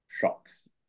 shocks